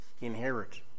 inherit